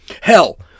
Hell